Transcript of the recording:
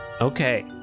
Okay